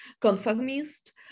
conformist